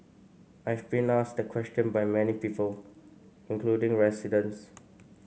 I've been asked that question by many people including residents